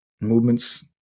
movements